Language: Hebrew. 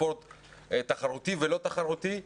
וספורט תחרותי ולא תחרותי,